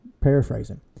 paraphrasing